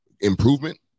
improvement